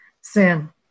sin